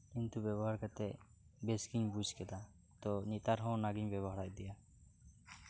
ᱠᱤᱱᱛᱩ ᱵᱮᱵᱚᱦᱟᱨ ᱠᱟᱛᱮᱫ ᱵᱮᱥᱜᱤᱧ ᱵᱩᱡ ᱠᱮᱫᱟ ᱛᱚ ᱱᱮᱛᱟᱨ ᱦᱚᱸ ᱚᱱᱟᱜᱤᱧ ᱵᱮᱵᱚᱦᱟᱨ ᱤᱫᱤᱭᱟ